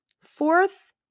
Fourth